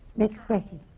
next question.